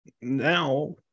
now